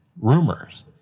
rumors